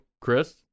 Chris